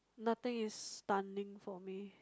nothing is stunning for me